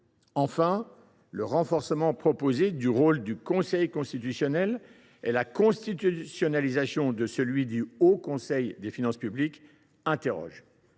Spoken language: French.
enfin, le renforcement du rôle du Conseil constitutionnel et la constitutionnalisation de celui du Haut Conseil des finances publiques suscitent